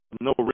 no